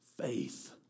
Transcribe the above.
faith